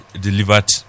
delivered